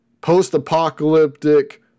post-apocalyptic